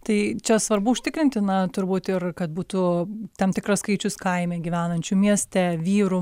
tai čia svarbu užtikrinti na turbūt ir kad būtų tam tikras skaičius kaime gyvenančių mieste vyrų